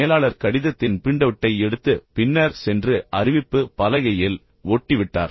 மேலாளர் கடிதத்தின் பிரிண்டவுட்டை எடுத்து பின்னர் சென்று அறிவிப்பு பலகையில் ஒட்டிவிட்டார்